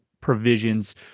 provisions